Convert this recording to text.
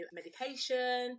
medication